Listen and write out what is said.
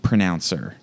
Pronouncer